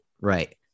Right